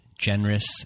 Generous